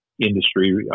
industry